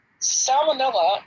Salmonella